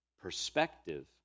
perspective